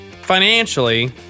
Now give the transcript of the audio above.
Financially